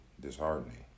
disheartening